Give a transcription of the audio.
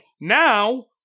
Now